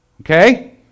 Okay